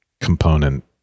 component